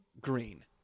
green